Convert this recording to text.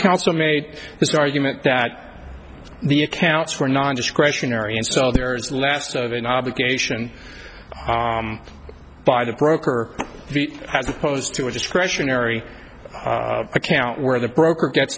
council made this argument that the accounts were non discretionary and so there is less of an obligation by the broker as opposed to a discretionary account where the broker get